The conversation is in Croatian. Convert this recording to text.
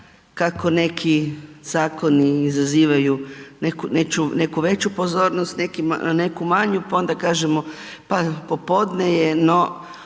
kako neki zakoni izazivaju neku, neću, neku već pozornost, neki neku manju, pa onda kažemo, pa popodne je, no